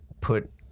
put